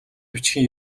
бичгийн